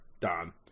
done